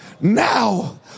Now